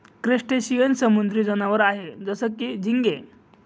crustacean समुद्री जनावर आहे जसं की, झिंगे